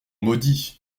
maudits